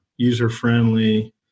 user-friendly